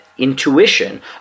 Intuition